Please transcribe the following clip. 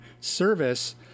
service